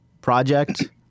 project